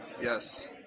Yes